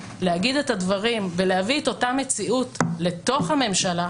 להגיד את הדברים ולהביא את אותה מציאות לתוך הממשלה,